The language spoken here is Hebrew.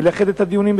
ולאחד את הדיונים.